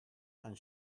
and